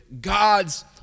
God's